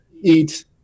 eat